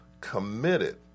committed